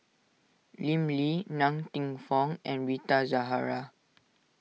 Lim Lee Ng Teng Fong and Rita Zahara